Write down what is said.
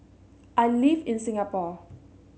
I live in Singapore